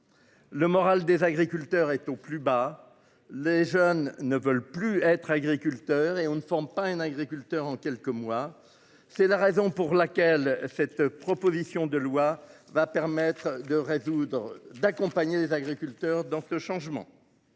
Le moral des agriculteurs est au plus bas. Les jeunes ne veulent plus être agriculteur et on ne forme pas un agriculteur en quelques mois. C'est la raison pour laquelle cette proposition de loi va permettre de résoudre d'accompagner les agriculteurs dans ce changement.